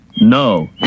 no